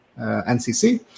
NCC